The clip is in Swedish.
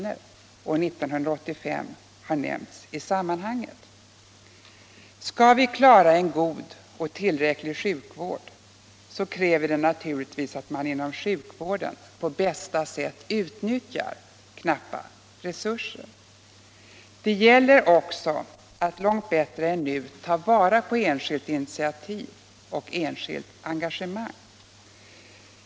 år 1985 har nämnts i sammanhanget. Skall vi klara en god och tillräcklig sjukvård kräver det naturligtvis att man inom sjukvården på bästa sätt utnyttjar knappa resurser. Det gäller också att långt bättre än nu ta vara på enskilt initiativ och enskilt engagemang.